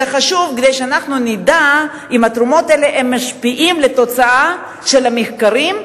זה חשוב כדי שאנחנו נדע אם התרומות האלה משפיעות על התוצאה של המחקרים,